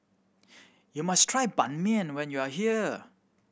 you must try Ban Mian when you are here